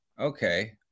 Okay